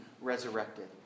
resurrected